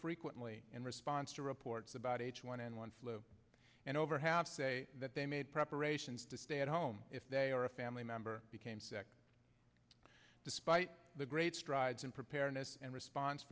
frequently in response to reports about h one n one flu and over half say that they made preparations to stay at home if they or a family member became sick despite the great strides in preparedness and response